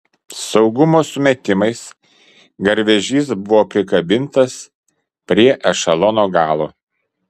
saugumo sumetimais garvežys buvo prikabintas prie ešelono galo